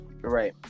right